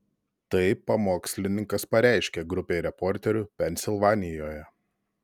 tai pamokslininkas pareiškė grupei reporterių pensilvanijoje